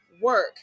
work